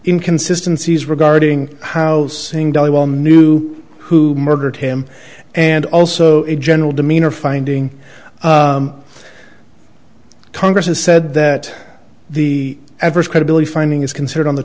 in consistencies regarding house knew who murdered him and also in general demeanor finding congress has said that the adverse credibility finding is considered on the